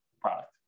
product